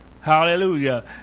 Hallelujah